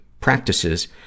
practices